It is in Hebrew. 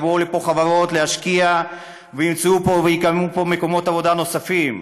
יבואו לפה חברות להשקיע וימצאו פה ויקדמו פה מקומות עבודה נוספים.